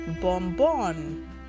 bonbon